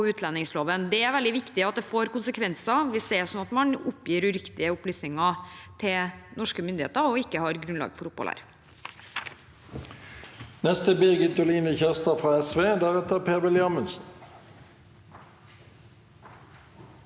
Det er veldig viktig at det får konsekvenser hvis det er sånn at man oppgir uriktige opplysninger til norske myndigheter og ikke har grunnlag for opphold her.